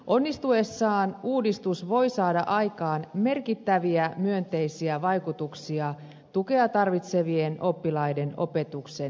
onnistuessaan uudistus voi saada aikaan merkittäviä myönteisiä vaikutuksia tukea tarvitsevien oppilaiden opetuksen järjestämiseen